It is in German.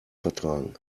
vertragen